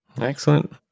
Excellent